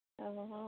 অঁ